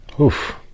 Oof